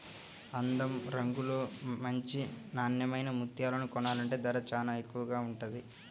అందంలో, రంగులో మంచి నాన్నెమైన ముత్యాలను కొనాలంటే ధర చానా ఎక్కువగా ఉంటది